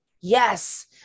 Yes